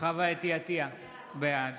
חוה אתי עטייה, בעד